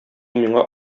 миңа